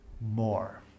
more